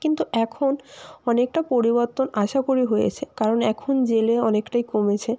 কিন্তু এখন অনেকটা পরিবর্তন আশা করি হয়েছে কারণ এখন জেলে অনেকটাই কমেছে